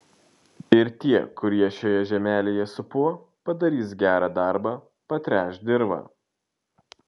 ir tie kurie šioje žemelėje supuvo padarys gerą darbą patręš dirvą